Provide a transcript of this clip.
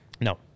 No